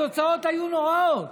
התוצאות היו נוראיות: